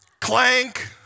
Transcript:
clank